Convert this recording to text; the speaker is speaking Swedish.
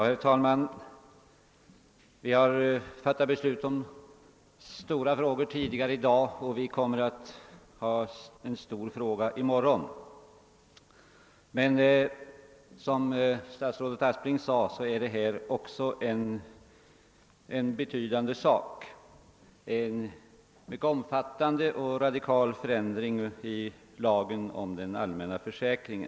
Herr talman! Vi har fattat beslut i stora frågor tidigare i dag och vi kommer att behandla en stor fråga även i morgon, men som statsrådet Aspling sade är också detta ett betydande ärende, som gäller en omfattande och radikal förändring i lagen om allmän försäkring.